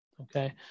okay